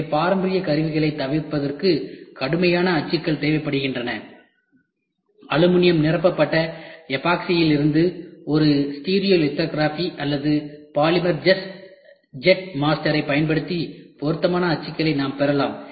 எனவே பாரம்பரிய கருவிகளைத் தவிர்ப்பதற்கு கடுமையான அச்சுகள் தேவைப்படுகின்றன அலுமினியம் நிரப்பப்பட்ட எபோக்சியிலிருந்து ஒரு ஸ்டீரியோலிதோகிராஃபி அல்லது ஒரு பாலிமர் ஜெட் மாஸ்டரைப் பயன்படுத்தி பொருத்தமான அச்சுகளை நாம் பெறலாம்